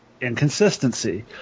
inconsistency